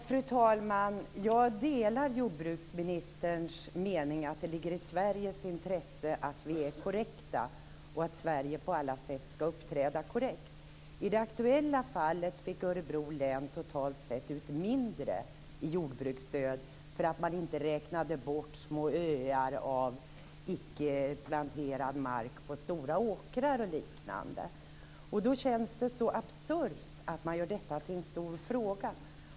Fru talman! Jag delar jordbruksministerns mening att det ligger i Sveriges intresse att vi är korrekta och att Sverige på alla sätt skall uppträda korrekt. I det aktuella fallet fick Örebro län totalt sett ut mindre i jordbruksstöd för att man inte räknade bort små öar av icke-planterad mark på stora åkrar och liknande. Då känns det så absurt att man gör detta till en stor fråga.